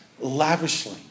Lavishly